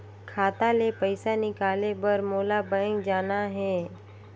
खाता ले पइसा निकाले बर मोला बैंक जाना हे?